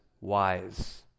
wise